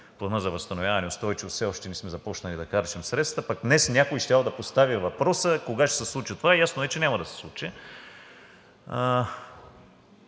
Планът за възстановяване и устойчивост, все още не сме започнали да харчим средствата, пък днес някой щял да постави въпроса кога ще се случи това – ясно е, че няма да се случи.